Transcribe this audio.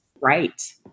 right